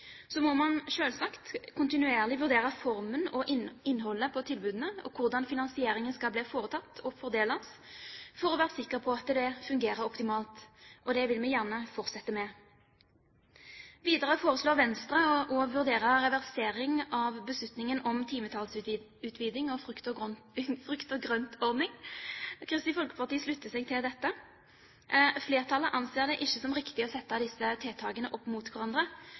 Så må man selvsagt kontinuerlig vurdere formen på og innholdet i tilbudene og hvordan finansieringen skal bli foretatt og fordeles for å være sikker på at det fungerer optimalt. Det vil vi gjerne fortsette med. Videre foreslår Venstre at man vurderer å reversere beslutningen om timetallsutvidelser og frukt-og-grønt-ordning. Kristelig Folkeparti slutter seg til dette. Flertallet anser det ikke som riktig å sette disse tiltakene opp mot hverandre.